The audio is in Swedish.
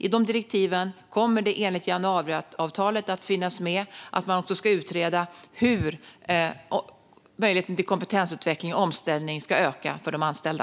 I direktiven till den kommer det enligt januariavtalet att finnas med ett uppdrag om att utreda hur möjligheten till kompetensutveckling och omställning ska öka för de anställda.